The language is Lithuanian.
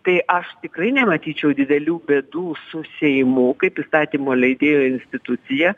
tai aš tikrai nematyčiau didelių bėdų su seimu kaip įstatymo leidėjo institucija